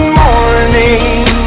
morning